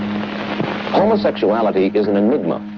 um homosexuality is an enigma.